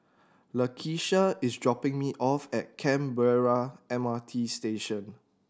Lakisha is dropping me off at Canberra M R T Station